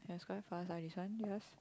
ya it's quite fast ah this one yes